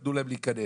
נתנו להם להיכנס.